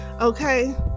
okay